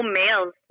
males